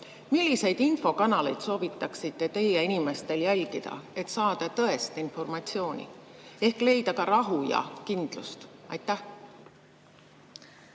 milliseid infokanaleid soovitaksite teie inimestel jälgida, et saada tõest informatsiooni, ehk leida ka rahu ja kindlust? Aitäh,